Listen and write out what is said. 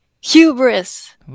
hubris